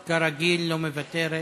כרגיל, לא מוותרת.